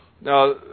Now